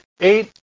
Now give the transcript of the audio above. eight